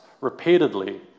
repeatedly